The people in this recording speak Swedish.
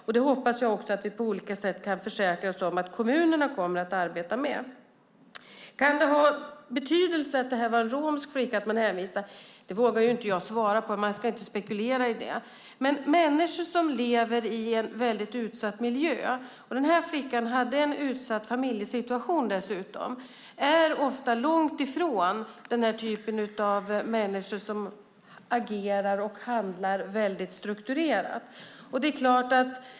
Jag hoppas också att vi på olika sätt kan försäkra oss om att kommunerna kommer att arbeta med det. Kan det ha betydelse att det var en romsk flicka? Det vågar inte jag svara på. Man ska inte spekulera i det. Men människor som lever i en väldigt utsatt miljö - den här flickan hade dessutom en utsatt familjesituation - är ofta långt ifrån den typ av människor som agerar och handlar väldigt strukturerat.